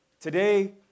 Today